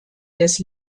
des